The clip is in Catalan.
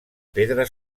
pedra